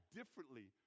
differently